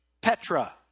Petra